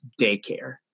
daycare